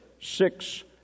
six